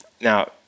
Now